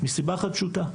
מסיבה אחת פשוטה,